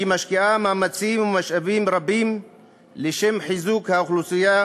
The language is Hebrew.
היא משקיעה מאמצים ומשאבים רבים לשם חיזוק האוכלוסייה